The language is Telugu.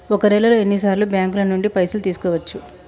ఒక నెలలో ఎన్ని సార్లు బ్యాంకుల నుండి పైసలు తీసుకోవచ్చు?